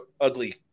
ugly